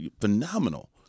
phenomenal